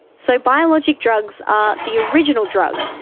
so biologics drugs are the original drug,